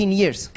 years